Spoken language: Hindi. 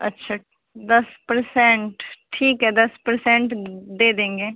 अच्छा दस परसेंट ठीक है दस परसेंट दे देंगे